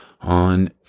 on